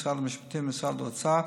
משרד המשפטים ומשרד האוצר